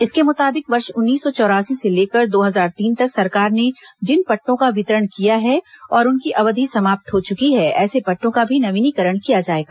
इसके मुताबिक वर्ष उन्नीस सौ चौरासी से लेकर दो हजार तीन तक सरकार ने जिन पट्टों का वितरण किया है और उनकी अवधि समाप्त हो चुकी है ऐसे पट्टों का भी नवीनीकरण किया जाएगा